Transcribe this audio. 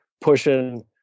pushing